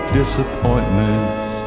disappointments